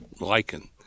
lichen